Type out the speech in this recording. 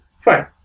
Fine